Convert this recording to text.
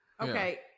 okay